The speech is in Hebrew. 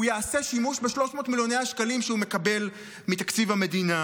שהוא יעשה שימוש ב-300 מיליוני השקלים שהוא מקבל מתקציב המדינה,